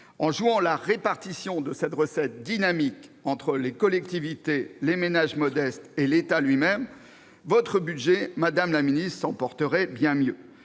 en jouant la répartition de cette recette dynamique entre les collectivités, les ménages modestes et l'État, votre budget s'en porterait bien mieux.